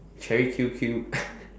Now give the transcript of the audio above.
cherry Q_Q